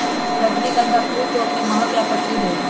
रजनीगंधा फूल तो अपन महक ला प्रसिद्ध हई